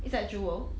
it's at jewel